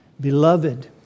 Beloved